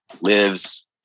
lives